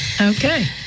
Okay